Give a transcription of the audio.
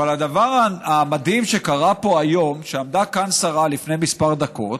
אבל הדבר המדהים שקרה פה היום הוא שעמדה כאן שרה לפני כמה דקות